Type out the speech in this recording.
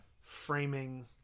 framing